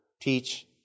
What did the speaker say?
teach